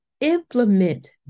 Implement